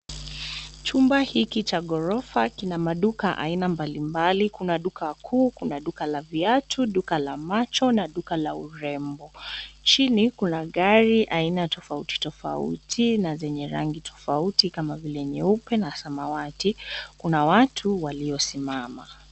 Chumba hiki cha ghorofa kina maduka aina mbalimbali. Kuna duka kuu, kuna duka la viatu, suka la macho na duka la urembo. Chini kuna gari aina tofauti tofauti na zenye rangi tofauti kama vile nyeupe na samawati. Kuna watu waliosimama.